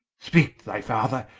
speake to thy father,